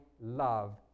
love